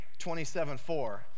27.4